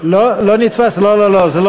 הנושא לוועדת העבודה, הרווחה והבריאות